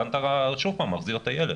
לאן אתה מחזיר את הילד?